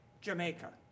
Jamaica